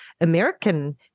American